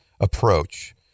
approach